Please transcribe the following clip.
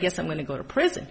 guess i'm going to go to prison